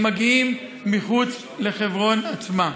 שמגיעים מחוץ לחברון עצמה.